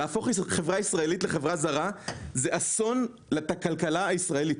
להפוך את החברה הישראלית לחברה זרה זה אסון לכלכלה הישראלית.